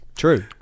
true